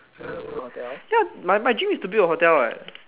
ya my my dream is to built a hotel [what]